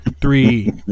three